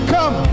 Come